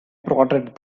prodded